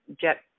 jet